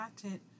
content